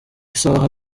isaha